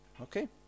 Okay